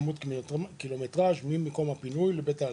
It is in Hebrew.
של קילומטר'ז ממקום הפינוי לבית העלמין.